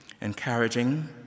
encouraging